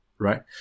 right